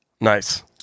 Nice